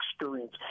experience